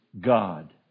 God